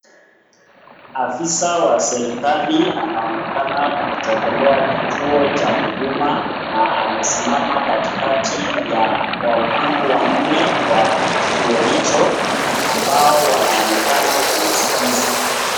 Afisa wa serekali anaonekana kutembelea kituo cha huduma na amesimama katikati ya wahudumu wanne wa kituo hicho ambao wanaonekana kumskiza.